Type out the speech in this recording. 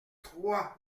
trois